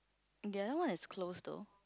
the other one is closed though